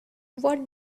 what